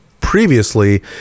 previously